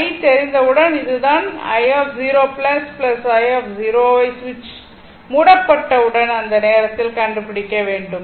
i தெரிந்தவுடன் இதுதான் i0 i 0 I சுவிட்ச் மூடபட்டவுடன் அந்த நேரத்தில் கண்டுபிடிக்க வேண்டும்